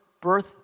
birth